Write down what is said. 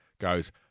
goes